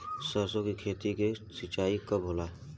सरसों की खेती के सिंचाई कब होला?